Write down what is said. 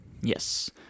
Yes